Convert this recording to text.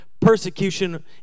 Persecution